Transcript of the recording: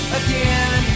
again